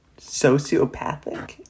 Sociopathic